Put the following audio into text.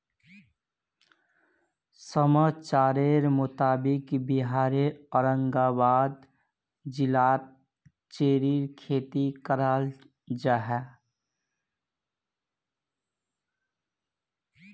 समाचारेर मुताबिक़ बिहारेर औरंगाबाद जिलात चेर्रीर खेती कराल जाहा